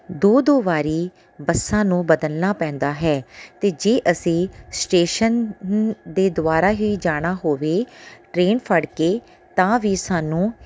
ਦੋ ਦੋ ਵਾਰੀ ਬੱਸਾਂ ਨੂੰ ਬਦਲਣਾ ਪੈਂਦਾ ਹੈ ਅਤੇ ਜੇ ਅਸੀਂ ਸਟੇਸ਼ਨ ਦੇ ਦੁਆਰਾ ਹੀ ਜਾਣਾ ਹੋਵੇ ਟਰੇਨ ਫੜ ਕੇ ਤਾਂ ਵੀ ਸਾਨੂੰ